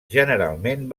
generalment